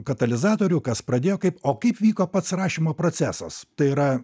katalizatorių kas pradėjo kaip o kaip vyko pats rašymo procesas tai yra